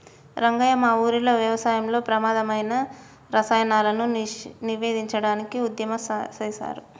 రంగయ్య మా ఊరిలో వ్యవసాయంలో ప్రమాధమైన రసాయనాలను నివేదించడానికి ఉద్యమం సేసారు